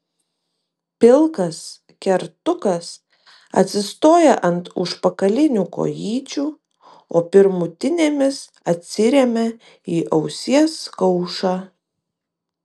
pilkas kertukas atsistoja ant užpakalinių kojyčių o pirmutinėmis atsiremia į ausies kaušą